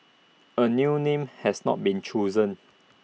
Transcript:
A new name has not been chosen